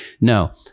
no